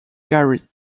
gary